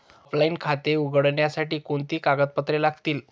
Offline खाते उघडण्यासाठी कोणती कागदपत्रे लागतील?